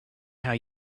how